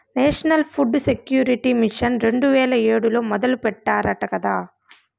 national food security mission రెండు వేల ఏడులో మొదలెట్టారట కదా